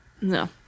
no